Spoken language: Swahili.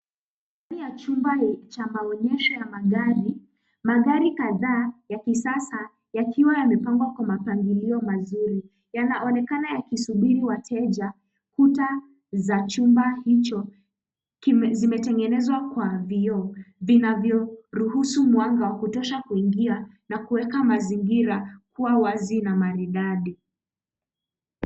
Ndanii ni chumba cha maonyesho ya gari, magari kadhaa ya kisasa yakiwa yamepangwa kwa mapangilio mazuri. Yanaonekana yakisubiri wateja. Kuta za chumba hicho vimetengenezwa kwa vioo, vinavyoruhusu mwanga wa kutosha kuingia na kuweka mazingira kuwa wazi na maridadi.